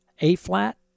A-flat